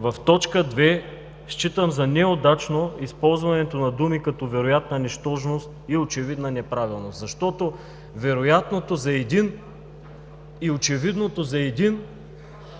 в т. 2 считам за неудачно използването на изрази, като „вероятна нищожност“ и „очевидна неправилност“, защото вероятното и очевидното за един